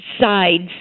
sides